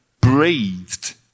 breathed